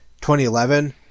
2011